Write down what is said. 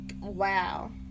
wow